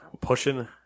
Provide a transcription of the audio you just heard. pushing